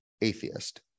atheist